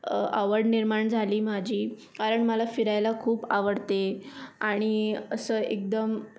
आवड निर्माण झाली माझी कारण मला फिरायला खूप आवडते आणि असं एकदम